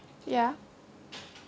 ya